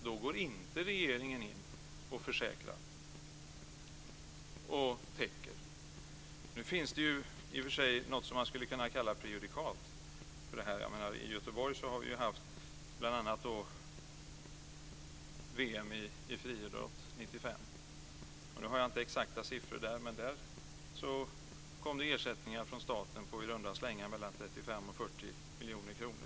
Men då går regeringen inte in och försäkrar och täcker. Nu finns det i och för sig något som man skulle kunna kalla prejudikat för detta. I Göteborg har vi bl.a. haft VM i friidrott 1995. Jag har inga exakt siffror på detta, med då kom det ersättningar från staten på i runda slängar mellan 35 och 40 miljoner kronor.